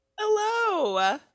Hello